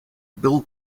bill